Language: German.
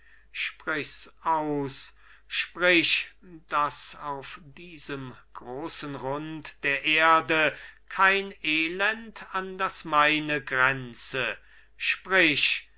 sprichs aus sprich daß auf diesem großen rund der erde kein elend an das meine grenze sprich